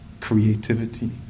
creativity